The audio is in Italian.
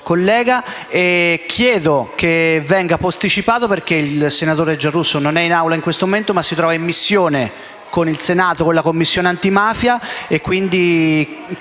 Grazie,